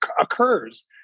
occurs